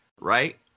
Right